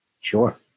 Sure